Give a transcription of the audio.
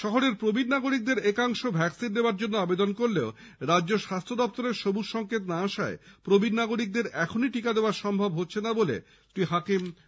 শহরের প্রবীণ নাগরিকদের একাংশ ভ্যাকসিন নেওয়ার জন্য আবেদন করলেও রাজ্য স্বাস্থ্য দপ্তরের সবুজ সংকেত না আসায় প্রবীণ নাগরিকদের এখনই ভ্যাকসিন দেওয়া সম্ভব হচ্ছে না বলে ফিরহাদ হাকিম জানান